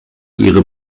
ihre